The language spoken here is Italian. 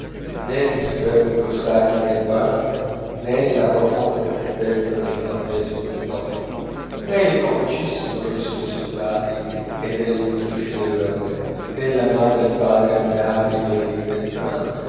nè i superbi cosacchi del brandt nè la profonda tristezza del battesimo dell'hoff nè il comicissimo riso dei soldati e delle nutrici del werner nè la madre e il padre ammirabili